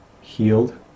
healed